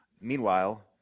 Meanwhile